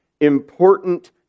important